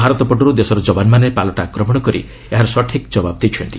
ଭାରତ ପଟରୁ ଦେଶର ଯବାନ୍ମାନେ ପାଲଟା ଆକ୍ରମଣ କରି ଏହାର ସଠିକ୍ ଜବାବ୍ ଦେଇଛନ୍ତି